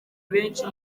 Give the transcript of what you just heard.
benshi